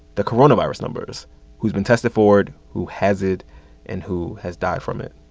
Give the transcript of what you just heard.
the coronavirus numbers who's been tested for it, who has it and who has died from it